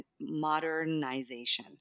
modernization